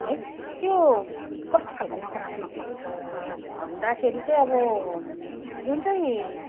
है त्यो कस्तो खालको नकारात्मक पक्ष भन्दाखेरि चाहिँ अब जुन चाहिँ